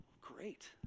great